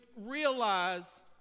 realize